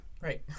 Right